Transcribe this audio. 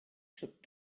took